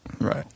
Right